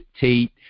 Tate